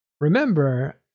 Remember